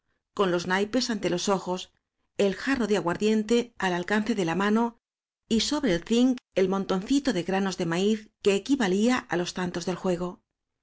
con los naipes ante los ojos el jarro de aguardiente al alcance dé la mano y sobre el zinc el montoncito de granos de maíz que equivalía á los tantos del juego